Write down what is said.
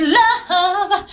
love